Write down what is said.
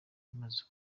bimaze